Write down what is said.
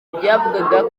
byavugaga